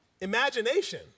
imagination